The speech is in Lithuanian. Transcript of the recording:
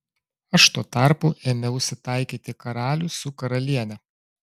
aš tuo tarpu ėmiausi taikyti karalių su karaliene